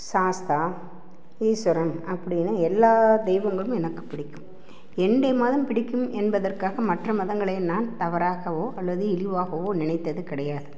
சாஸ்தா ஈஸ்வரன் அப்படின்னு எல்லா தெய்வங்களும் எனக்கு பிடிக்கும் என்னுடைய மதம் பிடிக்கும் என்பதற்காக மற்ற மதங்களை நான் தவறாகவோ அல்லது இழிவாகவோ நினைத்தது கிடையாது